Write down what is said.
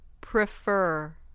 Prefer